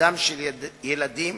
ובכבודם של ילדים